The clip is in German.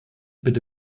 bitte